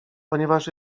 ponieważ